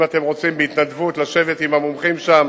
אם אתם רוצים בהתנדבות לשבת עם המומחים שם